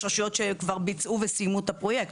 יש רשויות שכבר ביצעו וסיימו את הפרויקט.